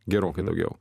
gerokai daugiau